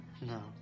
No